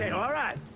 and alright!